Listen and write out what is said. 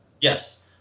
Yes